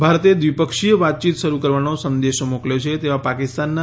ભારતે દ્વિપક્ષીય વાતચીત શરૂ કરવાનો સંદેશો મોકલ્યો છે તેવા પાકિસ્તાનના